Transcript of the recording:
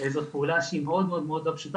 זו פעולה שהיא מאוד לא פשוטה,